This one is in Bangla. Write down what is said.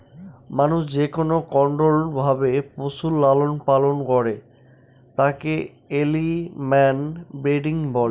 মানুষ যেকোনো কন্ট্রোল্ড ভাবে পশুর লালন পালন করে তাকে এনিম্যাল ব্রিডিং বলে